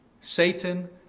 Satan